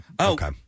Okay